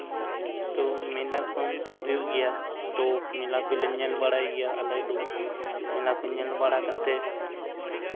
ᱛᱳ ᱢᱮᱞᱟ ᱠᱚ ᱦᱩᱭᱩᱜ ᱜᱮᱭᱟ ᱛᱳ ᱢᱮᱞᱟ ᱠᱚᱞᱮ ᱧᱮᱞ ᱵᱟᱲᱟᱭ ᱜᱮᱭᱟ ᱟᱞᱮ ᱫᱚ ᱢᱮᱞᱟ ᱠᱚ ᱧᱮᱞ ᱵᱟᱲᱟ ᱠᱟᱛᱮᱫ